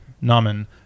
Namen